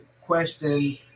question